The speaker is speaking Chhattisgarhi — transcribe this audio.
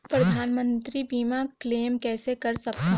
परधानमंतरी मंतरी बीमा क्लेम कइसे कर सकथव?